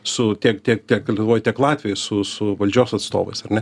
su tiek tiek kiek lietuvoj tiek latvijoj su su valdžios atstovais ar ne